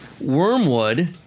Wormwood